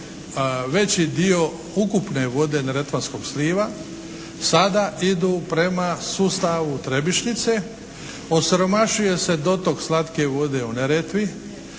veći dio ukupne vode neretvanskog sliva sada idu prema sustavu Trebišnice, osiromašuje se dotok slatke vode u Neretvi,